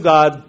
God